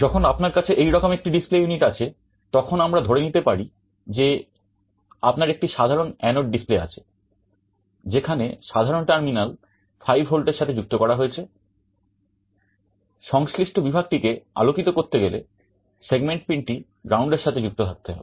যখন আপনার কাছে এইরকম একটি ডিসপ্লে ইউনিট টি গ্রাউন্ডের সাথে সংযুক্ত থাকতে হবে